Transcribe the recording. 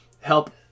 help